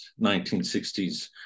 1960s